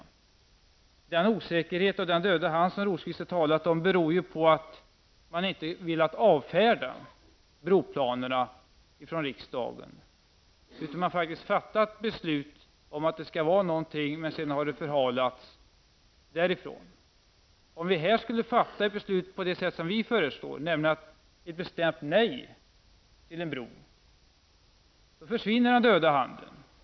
Den osäkerhet och den döda hand som vilar över detta, vilket Birger Rosqvist har talat om, beror på att riksdagen inte har velat avfärda broplanerna. Riksdagen har fattat beslut om att det skall bli någonting, men sedan har riksdagen förhalat frågan. Om riksdagen skulle fatta det beslut som vi i miljöpartiet föreslår, nämligen ett bestämt nej till en bro, försvinner den döda handen.